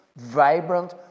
vibrant